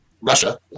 Russia